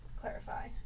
clarify